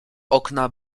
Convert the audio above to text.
okna